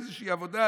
איזושהי עבודה,